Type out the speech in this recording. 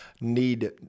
need